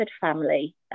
family